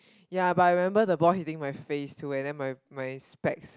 ya but I remember the boy hitting my face to and then my my specs